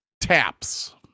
Taps